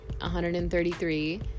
133